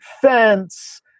fence